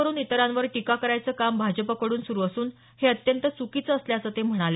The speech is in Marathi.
वरून इतरांवर टीका करायचं काम भाजपकडून सुरू असून हे अत्यंत च्कीचं असल्याचं ते म्हणाले